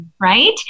right